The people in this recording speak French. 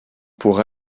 pour